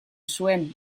zuen